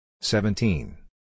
Seventeen